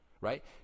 right